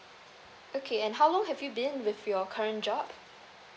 okay and how long have you been with your current job